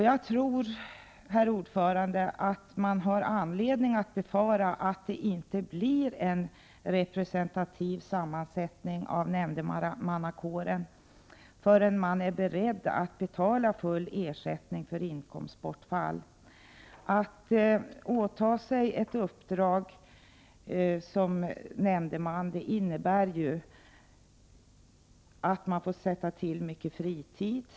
Jag tror att man har anledning att befara att det inte blir en representativ sammansättning av nämndemannakåren förrän man är beredd att betala full ersättning för inkomstbortfall. Att åta sig ett uppdrag som nämndeman innebär ju att man får sätta till mycket fritid.